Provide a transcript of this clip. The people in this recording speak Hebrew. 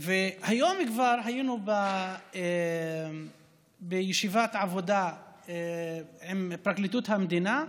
היום כבר היינו בישיבת עבודה עם פרקליטות המדינה,